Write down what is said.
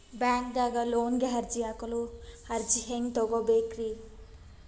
ಬ್ಯಾಂಕ್ದಾಗ ಲೋನ್ ಗೆ ಅರ್ಜಿ ಹಾಕಲು ಅರ್ಜಿ ಹೆಂಗ್ ತಗೊಬೇಕ್ರಿ?